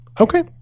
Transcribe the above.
Okay